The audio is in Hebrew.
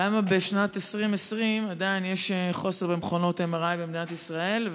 1. למה בשנת 2020 עדיין יש חוסר במכונות MRI במדינת ישראל?